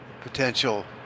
potential